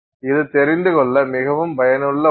இது தெரிந்து கொள்ள மிகவும் பயனுள்ள ஒன்று